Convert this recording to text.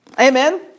Amen